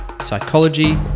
psychology